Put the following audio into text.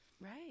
Right